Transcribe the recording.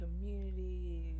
community